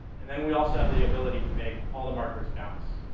and then we also have the ability to make all the markers bounce.